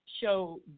show